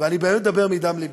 ואני באמת מדבר מדם לבי.